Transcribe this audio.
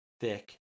thick